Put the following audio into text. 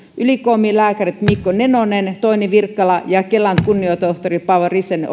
ylikomi lääkärit mikko nenonen toini virkkala ja kelan kunniatohtori paavo rissanen